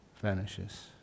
vanishes